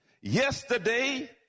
yesterday